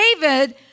David